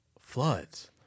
floods